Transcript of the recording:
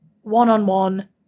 one-on-one